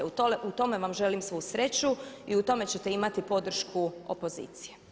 U tome vam želim svu sreću i u tome ćete imati podršku opozicije.